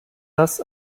das